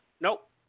nope